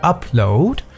Upload